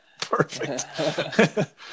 Perfect